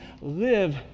live